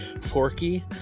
Forky